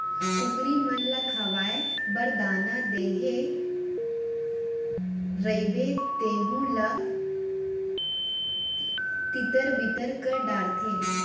कुकरी मन ल खाए बर दाना देहे रइबे तेहू ल छितिर बितिर कर डारथें